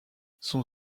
son